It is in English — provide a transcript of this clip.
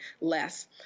less